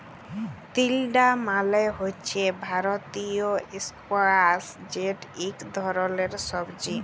তিলডা মালে হছে ভারতীয় ইস্কয়াশ যেট ইক ধরলের সবজি